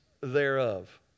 thereof